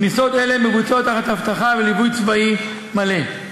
כניסות אלה נעשות תחת אבטחה ובליווי צבאי מלא.